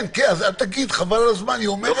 אז אל תגיד, חבל על הזמן, היא אומרת את זה.